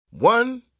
One